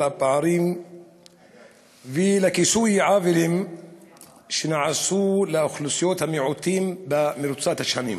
הפערים ולכיסוי העוולות שנעשו לאוכלוסיות המיעוטים במרוצת השנים.